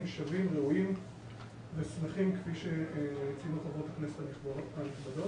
שווים וראויים ושמחים כפי שציינו חברות הכנסת הנכבדות,